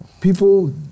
people